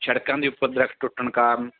ਸੜਕਾਂ ਦੇ ਉੱਪਰ ਦਰਖਤ ਟੁੱਟਣ ਕਾਰਨ